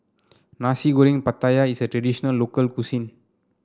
Nasi Goreng Pattaya is a traditional local cuisine